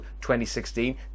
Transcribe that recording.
2016